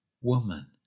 Woman